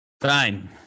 Fine